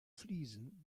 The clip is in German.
fliesen